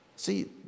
See